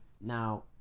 Now